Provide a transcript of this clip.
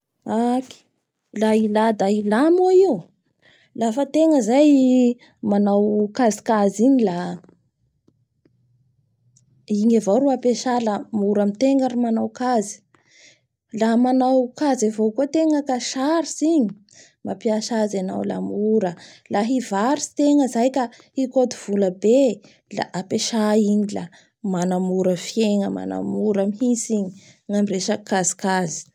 Haky la ila da ila moa io, lafa ategna zay manao kajikajy igny da igny avao ro apesay la mora amitegna ny manao kajy, la manao kajy avao koa ategna fa sarotsy igny mampiasa azy anao la mora. La hivarotsy tegna zay ka hikoty vola be la apesay igny la manamora fienga, manamaora mihintsy igny.